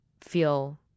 feel